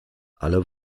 alle